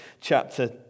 chapter